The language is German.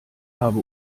habe